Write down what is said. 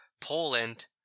Poland